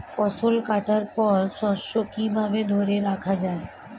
ফসল কাটার পর শস্য কিভাবে ধরে রাখা য়ায়?